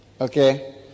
okay